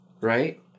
Right